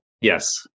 Yes